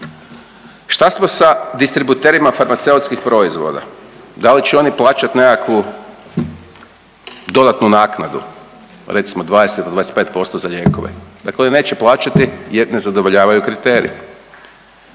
Šta smo sa distributerima farmaceutskih proizvoda? Da li će oni plaćati nekakvu dodatnu naknadu recimo 20 do 25% za lijekove. Dakle, oni neće plaćati jer ne zadovoljavaju kriterije.